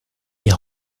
die